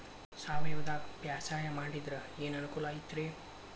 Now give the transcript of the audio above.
ಸಾವಯವದಾಗಾ ಬ್ಯಾಸಾಯಾ ಮಾಡಿದ್ರ ಏನ್ ಅನುಕೂಲ ಐತ್ರೇ?